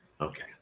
Okay